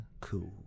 cool